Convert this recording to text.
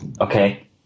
Okay